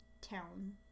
town